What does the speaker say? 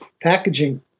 packaging